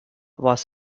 was